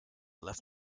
left